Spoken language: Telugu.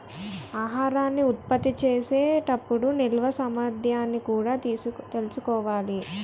ఆహారాన్ని ఉత్పత్తి చేసే టప్పుడు నిల్వ సామర్థ్యాన్ని కూడా తెలుసుకోవాలి